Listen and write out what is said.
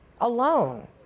alone